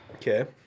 okay